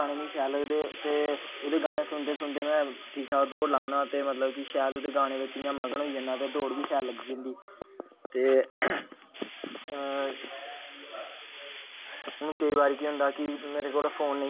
ओह् कियां लाल नूला ते पीला एह् तिन्न प्राईमरी कल्लर कियां तरां तरां दे रंग बनाई सकदे होर बड़े सारे कल्लर बड़े सारे रंग जेह्ड़े ऐ इनें तिन्नें कल्लरें कन्नै तिन्ने रंगें कन्नै बनाई सकदे न